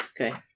Okay